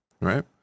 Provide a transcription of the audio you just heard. right